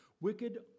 wicked